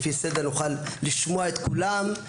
לפי סדר נוכל לשמוע את כולם.